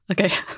Okay